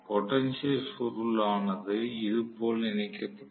potential சுருள் ஆனது இதுபோல் இணைக்கப்பட்டுள்ளது